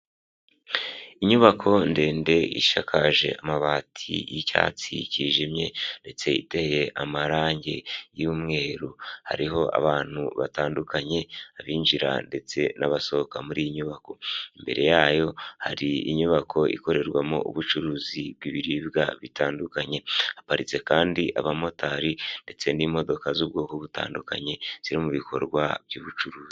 Inyubako ndende ishakaje amabati yicyatsi cyijimye ndetse iteye amarangi yumweru, hariho abantu batandukanye abinjira ndetse n'abasohoka muri iyi nyubako. Imbere yayo hari inyubako ikorerwamo ubucuruzi bw'ibiribwa bitandukanye haparitse kandi abamotari ndetse n'imodoka z'ubwoko butandukanye ziri mu bikorwa by'ubucuruzi.